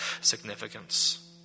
significance